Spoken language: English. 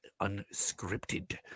Unscripted